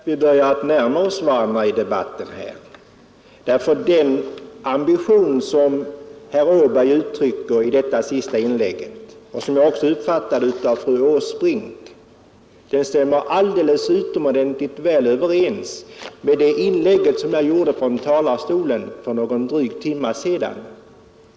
Herr talman! Vi börjar närma oss varandra i debatten här. Den ambition som herr Åberg uttryckte i sitt senaste inlägg och som jag även uppfattade i fru Åsbrinks stämmer utomordentligt väl överens med det inlägg som jag gjorde från talarstolen för en dryg timme sedan.